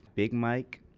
big mike,